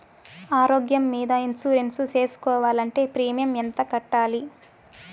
ఆరోగ్యం మీద ఇన్సూరెన్సు సేసుకోవాలంటే ప్రీమియం ఎంత కట్టాలి?